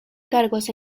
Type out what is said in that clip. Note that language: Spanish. cargos